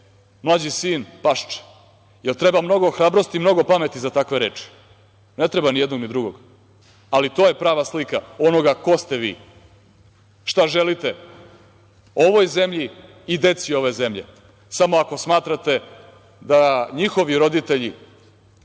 mlađi sin „pašče“? Da li treba mnogo hrabrosti, mnogo pameti za takve reči? Ne treba ni jednog ni drugog. Ali, to je prava slika onoga ko ste vi, šta želite ovoj zemlji i deci ove zemlje, samo ako smatrate da njihovi roditelji